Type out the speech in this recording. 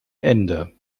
ende